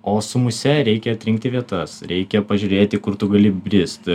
o su muse reikia atrinkti vietas reikia pažiūrėti kur tu gali brist